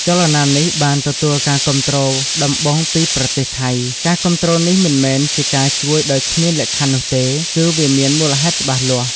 ចលនានេះបានទទួលការគាំទ្រដំបូងពីប្រទេសថៃ ការគាំទ្រនេះមិនមែនជាការជួយដោយគ្មានលក្ខខណ្ឌនោះទេ គឺវាមានមូលហេតុច្បាស់លាស់។